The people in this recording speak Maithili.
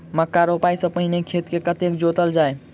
मक्का रोपाइ सँ पहिने खेत केँ कतेक जोतल जाए?